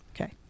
Okay